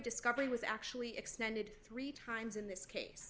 discovery was actually extended three times in this case